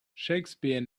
shakespeare